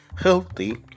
healthy